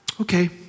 okay